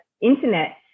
internet